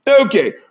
Okay